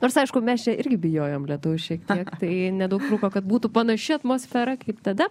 nors aišku mes čia irgi bijojom lietuvių šiek tiek tai nedaug trūko kad būtų panaši atmosfera kaip tada